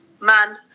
man